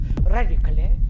radically